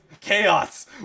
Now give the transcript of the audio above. Chaos